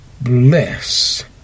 bless